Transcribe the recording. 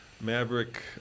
Maverick